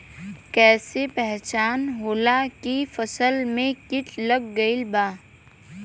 कैसे पहचान होला की फसल में कीट लग गईल बा?